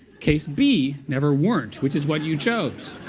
case b, never weren't which is what you chose,